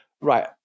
right